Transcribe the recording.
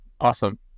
Awesome